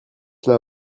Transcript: cela